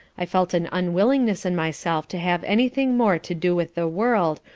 i felt an unwillingness in myself to have any thing more to do with the world,